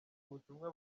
ubutumwa